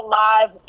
live